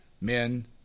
men